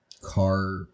car